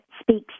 speaks